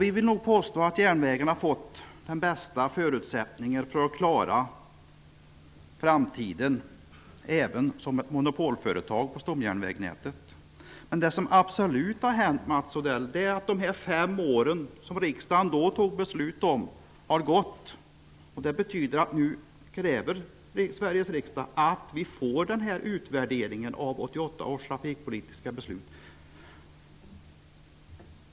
Vi vill påstå att järnvägarna har fått de bästa förutsättningarna för att klara framtiden även som ett monopolföretag på stomjärnvägsnätet. Men det som verkligen har hänt är att de fem år som riksdagen då beslutade om, har gått. Det betyder att Sveriges riksdag nu kräver en utvärdering av 1988 års trafikpolitiska beslut.